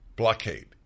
Blockade